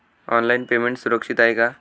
Online payment सुरक्षित आहे का?